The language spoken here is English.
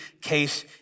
case